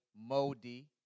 Modi